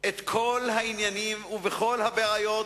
את כל העניינים ואת כל הבעיות